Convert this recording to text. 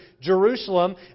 Jerusalem